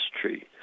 tree